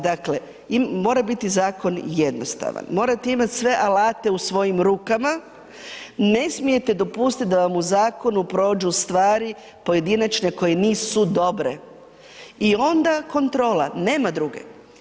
Dakle, mora biti zakon jednostavan, morate imati sve alate u svojim rukama, ne smijete dopustiti da vam u zakonu prođu stvari pojedinačne koje nisu dobre i onda kontrola, nema druge.